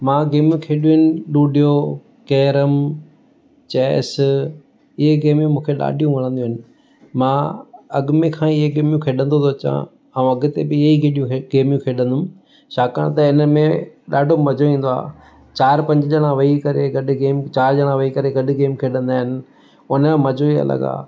मां गेमियूं खेॾियूं आहिनि लुडियो केरम चेस इहे ई गेमियूं मूंखे ॾाढियूं वणंदियूं आहिनि मां अॻि में खां ई इहे गेमियूं खेॾंदो थो अचां ऐं अॻिते बि इहे ई गेॾियूं गेमियूं खेॾंदुमि छाकाणि त इन में ॾाढो मज़ो ईंदो आहे चार पंज ॼणा वही करे गॾु गेम चार ॼणा वही करे गॾु गेम खेॾंदा आहिनि पोइ उन में मज़ो ई अलॻि आहे